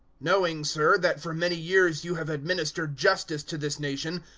knowing, sir, that for many years you have administered justice to this nation,